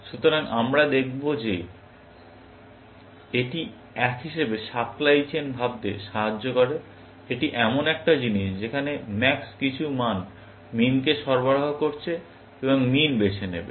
সুতরাং আমরা দেখতে পাব এটি এক হিসাবে সাপ্লাই চেইন ভাবতে সাহায্য করে এটি এমন একটা জিনিস যেখানে max কিছু মান min কে সরবরাহ করছে এবং min বেছে নেবে